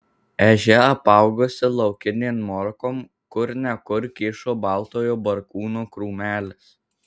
ežia apaugusi laukinėm morkom kur ne kur kyšo baltojo barkūno krūmelis